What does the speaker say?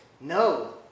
no